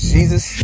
Jesus